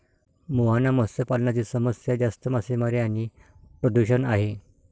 मुहाना मत्स्य पालनाची समस्या जास्त मासेमारी आणि प्रदूषण आहे